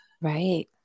Right